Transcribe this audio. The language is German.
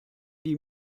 die